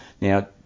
Now